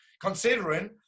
Considering